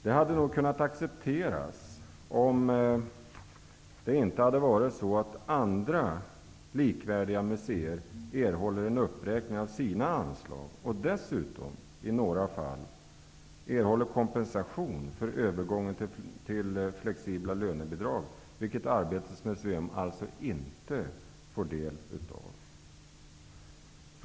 Det hade nog kunnat accepteras om det inte hade varit så att andra likvärdiga museer erhåller en uppräkning av sina anslag. I några fall erhåller de dessutom kompensation för övergången till flexibla lönebidrag. Det får alltså inte Arbetets museum del av.